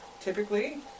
typically